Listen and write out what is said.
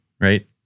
right